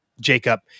Jacob